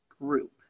group